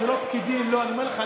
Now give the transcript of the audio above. זה לא פקידים, אני אומר לך.